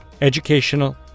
educational